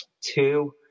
two